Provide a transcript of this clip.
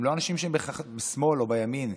הם לא אנשים שהם בהכרח בשמאל או בימין.